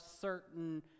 certain